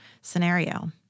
scenario